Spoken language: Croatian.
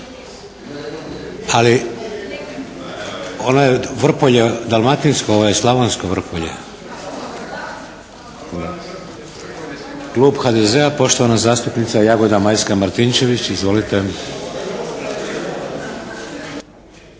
Ali ono Vrpolje je dalmatinsko, ovo je slavonsko Vrpolje. Klub HDZ-a, poštovana zastupnica Jagoda Majska Martinčević. Izvolite!